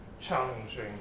challenging